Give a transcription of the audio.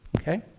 okay